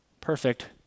perfect